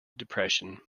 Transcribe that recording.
depression